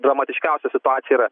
dramatiškiausia situacija yra